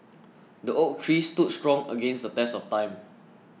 the oak tree stood strong against the test of time